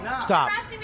Stop